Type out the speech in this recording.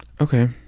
Okay